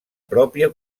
pròpia